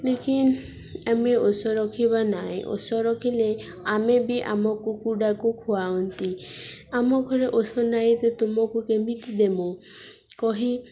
ଦେଖନ୍ ଆମେ ଔଷଧ ରଖିବା ନାଇଁ ଔଷଧ ରଖିଲେ ଆମେ ବି ଆମ କୁକୁଡ଼ାକୁ ଖୁଆନ୍ତି ଆମ ଘରେ ଔଷଧ ନାଇଁ ତ ତୁମକୁ କେମିତି ଦେମୁ କହି